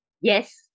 Yes